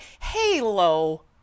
Halo